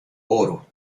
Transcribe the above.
oro